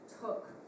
took